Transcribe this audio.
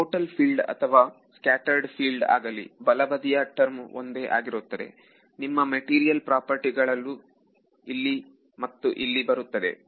total field ಅಥವಾ scattered field ಆಗಲಿ ಬಲಬದಿಯ ಟರ್ಮ್ ಒಂದೇ ಆಗಿರುತ್ತದೆ ನಿಮ್ಮ ಮೆಟೀರಿಯಲ್ ಪ್ರಾಪರ್ಟಿ ಗಳು ಇಲ್ಲಿ ಮತ್ತು ಇಲ್ಲಿ ಬರುತ್ತದೆ